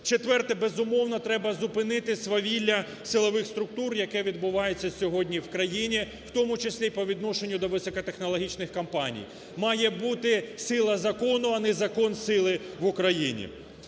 Четверте. Безумовно, треба зупинити свавілля силових структур, яке відбувається сьогодні в країні, в тому числі і по відношенню до високотехнологічних компаній, має бути сила закону, а не закон сили в Україні.